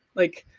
like,